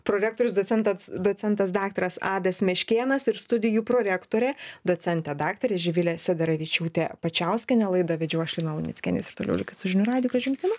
prorektorius docentas docentas daktaras adas meškėnas ir studijų prorektorė docentė daktarė živilė sederevičiūtė pačiauskienė laidą vedžiau aš lina luneckienė jūs ir toliau likit su žinių radiju gražių jums dienų